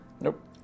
Nope